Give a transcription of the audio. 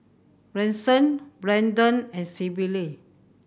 Bryson Branden and Syble